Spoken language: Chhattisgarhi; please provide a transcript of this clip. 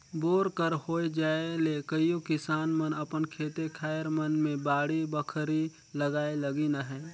बोर कर होए जाए ले कइयो किसान मन अपन खेते खाएर मन मे बाड़ी बखरी लगाए लगिन अहे